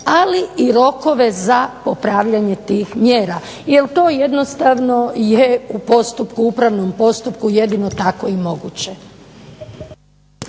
ali i rokove za popravljanje tih mjera. Jer to jednostavno je u upravnom postupku jedino tako i moguće.